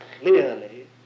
clearly